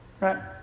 Right